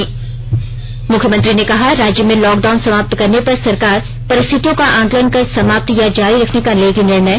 ने मुख्यमंत्री ने कहा राज्य में लॉकडाउन समाप्त करने पर सरकार परिस्थितियों का आंकलन कर समाप्त या जारी रखने का लेगी निर्णय